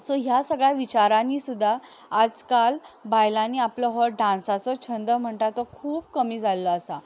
so ह्या सगळ्या विचारांनी सुद्दा आजकाल बायलांनी आपलो हो डांसाचो छंद म्हणटा तो खूब कमी जाल्लो आसा